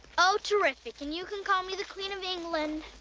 oh, terrific, and you can call me the queen of england.